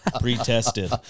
Pre-tested